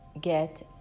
get